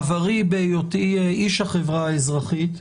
בעברי, בהיותי איש החברה האזרחית,